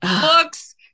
books